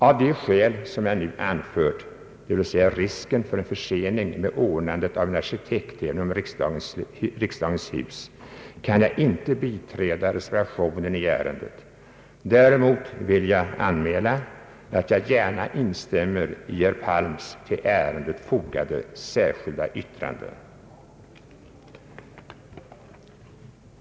Av det skäl som jag nu anfört, dvs. risken för en försening med ordnandet av en arkitekttävling om riksdagens hus, kan jag inte biträda reservationen i ärendet. Däremot vill jag anmäla att jag gärna instämmer i herr Palms till ärendet fogade särskilda yttrande.